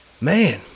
Man